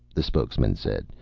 the spokesman said,